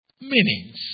meanings